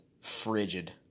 frigid